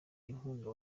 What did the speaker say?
inkunga